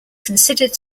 considered